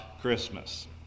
Christmas